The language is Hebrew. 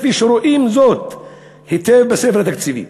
כפי שרואים זאת היטב בספר התקציבי.